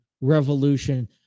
Revolution